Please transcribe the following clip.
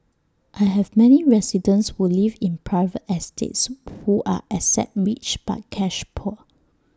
I have many residents who live in private estates who are asset rich but cash poor